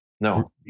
no